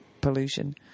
pollution